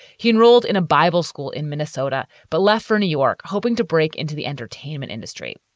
he enrolled in a bible school in minnesota but left for new york, hoping to break into the entertainment industry.